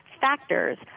factors